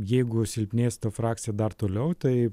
jeigu silpnės ta frakcija dar toliau tai